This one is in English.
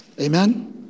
Amen